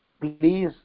please